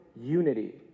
unity